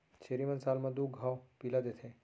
छेरी मन साल म दू घौं पिला देथे